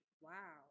wow